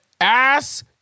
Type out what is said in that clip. ass